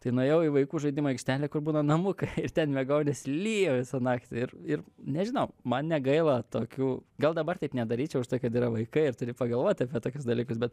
tai nuėjau į vaikų žaidimų aikštelę kur būna namukai ir ten miegojau nes lijo visą naktį ir ir nežinau man negaila tokių gal dabar taip nedaryčiau užtai kad yra vaikai ir turi pagalvot apie tokius dalykus bet